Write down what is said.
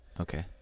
Okay